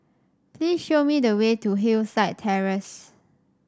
please show me the way to Hillside Terrace